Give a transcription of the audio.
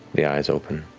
the eyes open